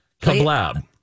Kablab